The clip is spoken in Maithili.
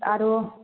आरो